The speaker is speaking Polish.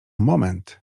moment